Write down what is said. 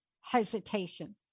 hesitation